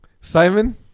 Simon